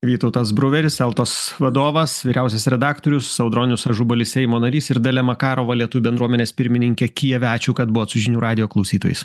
vytautas bruveris eltos vadovas vyriausias redaktorius audronius ažubalis seimo narys ir dalia makarova lietuvių bendruomenės pirmininkė kijeve ačiū kad buvot su žinių radijo klausytojais